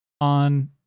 on